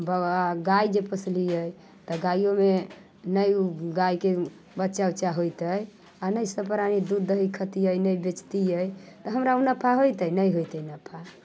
बरद गाय जे पोसलियै तऽ गायोमे नहि गायके बच्चा उच्चा होइतै आओर ने सभ प्राणी दूध दही खैतियै ने बेचतियै तऽ हमरा उ नफा होइतै नहि होइतै नफा